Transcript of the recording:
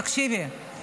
תקשיבי,